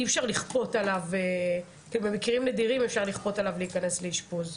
רק במקרים נדירים אפשר לכפות עליו להיכנס לאשפוז.